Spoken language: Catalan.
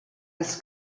els